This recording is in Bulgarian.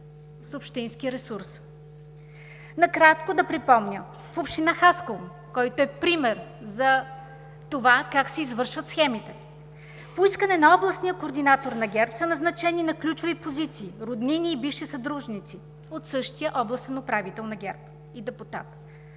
с общински ресурс. Накратко да припомня. В община Хасково, който е пример за това как се извършват схемите, по искане на областния координатор на ГЕРБ са назначени на ключови позиции роднини и бивши съдружници от същия областен управител на ГЕРБ и депутат.